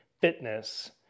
fitness